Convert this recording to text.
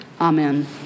Amen